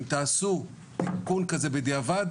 אם תעשו תיקון כזה בדיעבד